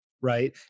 Right